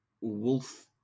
wolf